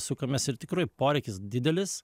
sukamės ir tikrai poreikis didelis